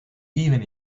even